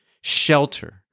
shelter